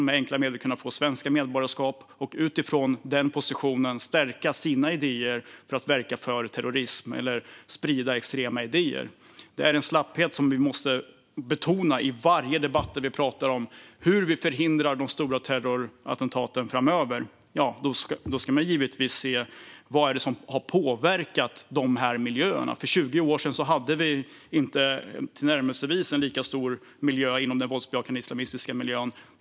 Man har med enkla medel kunnat få svenska medborgarskap och utifrån detta kunnat stärka sin position när det gäller att verka för terrorism eller sprida extrema idéer. Denna slapphet måste vi betona i varje debatt där vi talar om hur vi kan förhindra stora terrorattentat framöver. Man ska givetvis se vad det är som har påverkat dessa miljöer. För 20 år sedan hade vi inte tillnärmelsevis en lika stor miljö inom den våldsbejakande islamismen i Sverige.